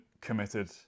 committed